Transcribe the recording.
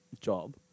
job